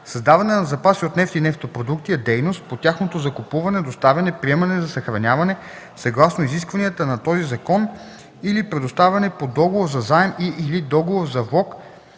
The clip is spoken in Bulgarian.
„Създаване на запаси от нефт и нефтопродукти” е дейност по тяхното закупуване, доставяне, приемане за съхраняване съгласно изискванията на този закон или предоставяне по договор за заем и/или договор за влог